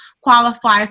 qualify